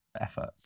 effort